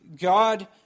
God